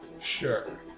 Sure